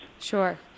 Sure